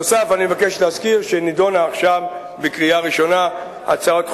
נוסף על כך אני מבקש להזכיר שעכשיו נדונה בקריאה